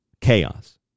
chaos